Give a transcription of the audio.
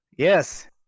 Yes